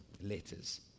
letters